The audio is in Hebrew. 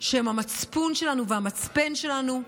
שהם המצפון שלנו והמצפן שלנו,